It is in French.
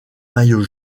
maillot